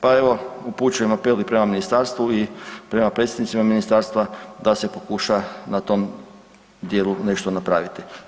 Pa evo upućujem apel i prema ministarstvu i prema predstavnicima ministarstva da se pokuša na tom dijelu nešto napraviti.